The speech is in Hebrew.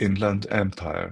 אינלנד אמפייר